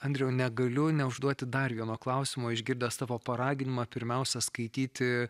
andriau negaliu neužduoti dar vieno klausimo išgirdęs tavo paraginimą pirmiausia skaityti